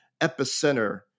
epicenter